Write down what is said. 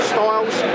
Styles